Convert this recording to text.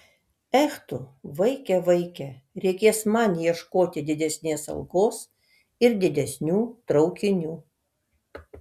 ech tu vaike vaike reikės man ieškoti didesnės algos ir didesnių traukinių